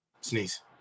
Sneeze